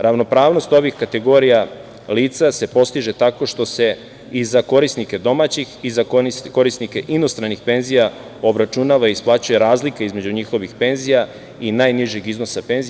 Ravnopravnost ovih kategorija lica se postiže tako što se i za korisnike domaćih i za korisnike inostranih penzija obračunava i isplaćuje razlika između njihovih penzija i najnižeg iznosa penzija.